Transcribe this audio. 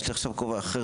יש לי עכשיו כובע אחר,